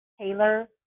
Taylor